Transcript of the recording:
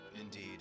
indeed